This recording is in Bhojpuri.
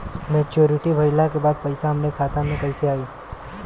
मच्योरिटी भईला के बाद पईसा हमरे खाता में कइसे आई?